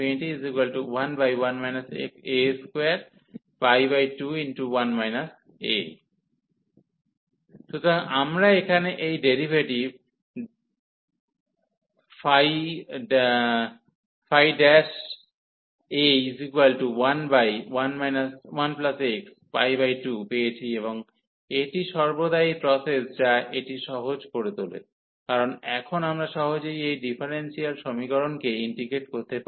011 a22 সুতরাং আমরা এখানে এই ডেরিভেটিভ a11a2 পেয়েছি এবং এটি সর্বদা এই প্রসেস যা এটি সহজ করে তোলে কারণ এখন আমরা সহজেই এই ডিফারেনশিয়াল সমীকরণকে ইন্টিগ্রেট করতে পারি